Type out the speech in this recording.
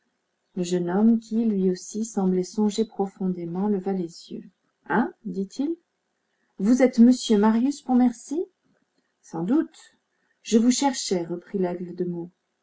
le jeune homme qui lui aussi semblait songer profondément leva les yeux hein dit-il vous êtes monsieur marius pontmercy sans doute je vous cherchais reprit laigle de